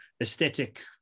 aesthetic